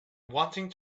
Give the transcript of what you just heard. wanting